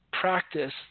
practice